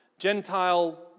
Gentile